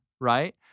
right